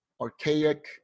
archaic